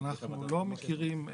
אני